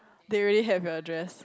they already have your address